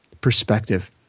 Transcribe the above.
perspective